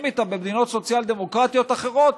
איתם במדינות סוציאל-דמוקרטיות אחרות,